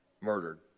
murdered